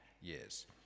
years